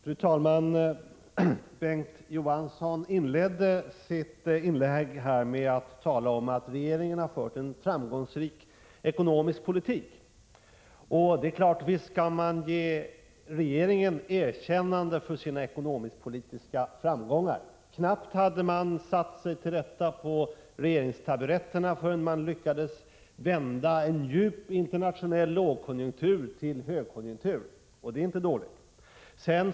Fru talman! Bengt K. Å. Johansson inledde sitt anförande med att tala om att regeringen har fört en framgångsrik ekonomisk politik, och visst kan man ge regeringen ett erkännande för dess ekonomisk-politiska framgångar. Knappt hade man satt sig till rätta på regeringstaburetterna förrän man lyckades vända en djup internationell lågkonjunktur till högkonjunktur, och det är inte dåligt.